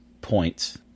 points